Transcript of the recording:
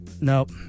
Nope